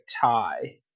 tie